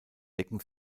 decken